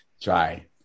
try